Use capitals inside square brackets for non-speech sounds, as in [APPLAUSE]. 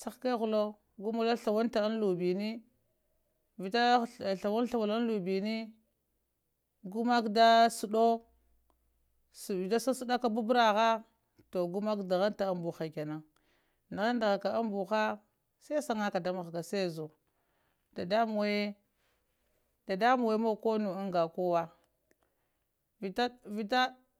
chab keghlo gumolo do sithuwapta aŋlubini, vita [HESITATION] slawaptha walo aŋlubini gumak da səɗo sasəɗa ka babragha to gumaka pəghəŋ ta ŋ buha kenan ndəndəhe ka ŋ buha sai centre da mahga sai zo dadanmban dadanmban mogo ko mai anga kowa vita vita